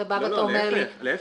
אתה בא ואומר לי לא,